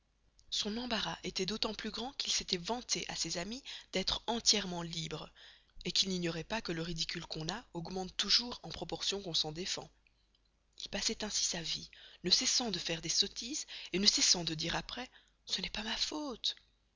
son embarras était d'autant plus grand qu'il s'était vanté à ses amis d'être entièrement libre qu'il n'ignorait pas que le ridicule qu'on a augmente toujours en proportion qu'on s'en défend il passait ainsi sa vie ne cessant de faire des sottises ne cessant de dire après ce n'est pas ma faute